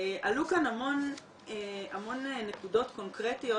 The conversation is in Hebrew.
עלו כאן המון נקודות קונקרטיות,